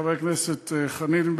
חבר כנסת חנין,